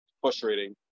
frustrating